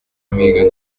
amiga